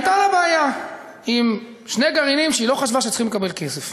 הייתה לה בעיה עם שני גרעינים שהיא לא חשבה שהם צריכים לקבל כסף,